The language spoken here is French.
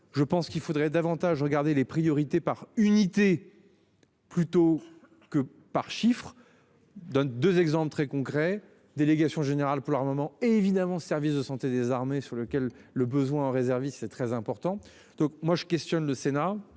Je pense qu'il faudrait davantage regarder les priorités par unité. Plutôt que par chiffre. Donne 2 exemples très concrets, délégation générale pour l'armement et évidemment, service de santé des armées sur lequel le besoin réservistes. C'est très important. Donc moi je questionne le Sénat.